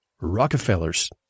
Rockefellers